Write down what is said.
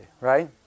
right